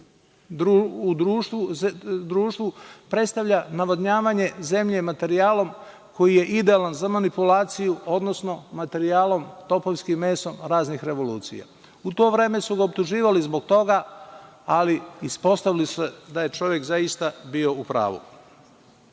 u društvu predstavlja navodnjavanje zemlje materijalom koji je idealan za manipulaciju, odnosno materijalom, topovskim mesom raznih revolucija. U to vreme su ga optuživali zbog toga, ali ispostavilo se da je čovek zaista bio u